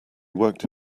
worked